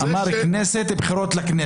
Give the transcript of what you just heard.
הוא אמר כנסת ובחירות לכנסת.